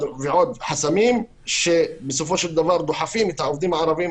ועוד חסמים שבסופו של דבר דוחפים את העובדים הערבים